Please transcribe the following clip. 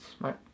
Right